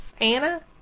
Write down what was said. Anna